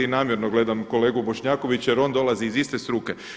I namjerno gledam kolegu Bošnjakovića jer on dolazi iz iste struke.